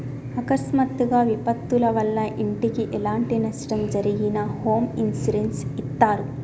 అకస్మాత్తుగా విపత్తుల వల్ల ఇంటికి ఎలాంటి నష్టం జరిగినా హోమ్ ఇన్సూరెన్స్ ఇత్తారు